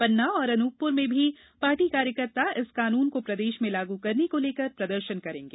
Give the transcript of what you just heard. पन्ना और अनूपप्र में भी पार्टी कार्यकर्ता इस कानून को प्रदेश में लागू करने को लेकर प्रदर्शन करेंगे